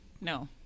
No